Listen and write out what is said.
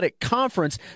Conference